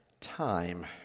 Time